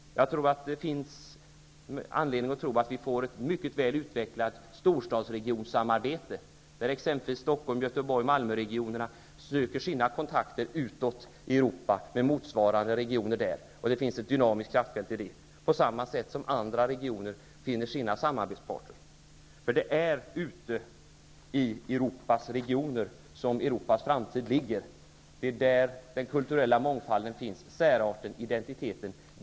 Det finns anledning att tro att vi får ett mycket väl utvecklat storstadsregionssamarbete, där exempelvis Stockholms-, Göteborgs och Malmöregionerna söker sina kontakter utåt i Europa med motsvarande regioner där -- och det finns ett dynamiskt kraftfält i det -- på samma sätt som andra regioner finner sina samarbetspartner. Det är i Europas regioner som Europas framtid ligger. Det är där den kulturella mångfalden finns, särarten och identiten.